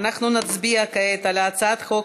אנחנו נצביע כעת על הצעת חוק